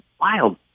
wild